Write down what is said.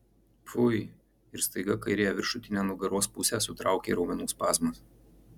pfui ir staiga kairiąją viršutinę nugaros pusę sutraukė raumenų spazmas